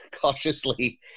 cautiously